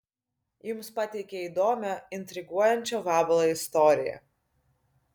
jums pateikia įdomią intriguojančią vabalo istoriją